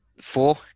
Four